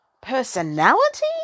personality